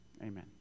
Amen